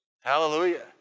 Hallelujah